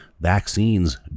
Vaccines